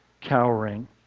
cowering